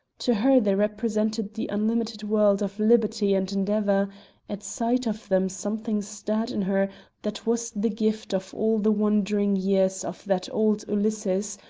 to her they represented the unlimited world of liberty and endeavour at sight of them something stirred in her that was the gift of all the wandering years of that old ulysses,